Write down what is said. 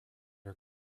are